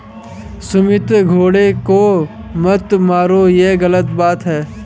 सुमित घोंघे को मत मारो, ये गलत बात है